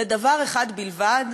לדבר אחד בלבד,